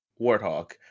Warthog